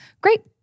great